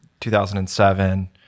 2007